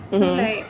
mmhmm